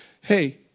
Hey